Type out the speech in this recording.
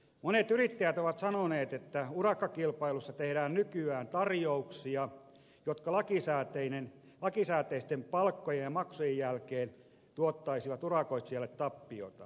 monet yrittäjät ovat sanoneet että urakkakilpailuissa tehdään nykyään tarjouksia jotka lakisääteisten palkkojen ja maksujen jälkeen tuottaisivat urakoitsijalle tappiota